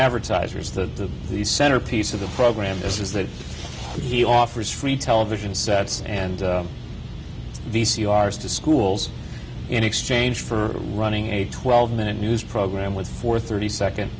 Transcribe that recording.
advertisers the the centerpiece of the program is that he offers free television sets and v c r s to schools in exchange for running a twelve minute news program with four thirty second